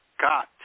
got